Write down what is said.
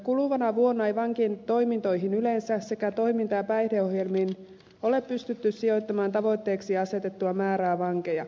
kuluvana vuonnakaan ei vankien toimintoihin yleensä eikä toiminta ja päihdeohjelmiin ole pystytty sijoittamaan tavoitteeksi asetettua määrää vankeja